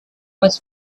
was